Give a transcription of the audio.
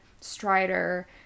Strider